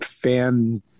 fan